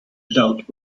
without